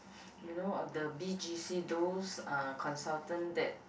you know the B_G_C those uh consultant that